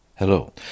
Hello